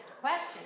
question